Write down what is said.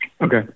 Okay